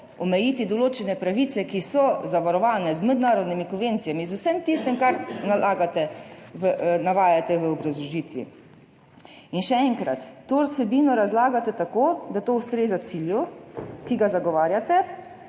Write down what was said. omejiti določene pravice, ki so zavarovane z mednarodnimi konvencijami, z vsem tistim, kar navajate v obrazložitvi. In še enkrat, to vsebino razlagate tako, da to ustreza cilju, ki ga zagovarjate,